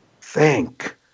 thank